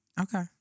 Okay